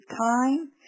time